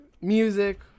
music